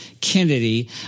Kennedy